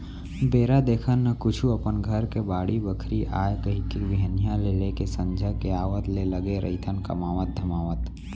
बेरा देखन न कुछु अपन घर के बाड़ी बखरी आय कहिके बिहनिया ले लेके संझा के आवत ले लगे रहिथन कमावत धमावत